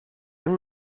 yng